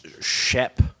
Shep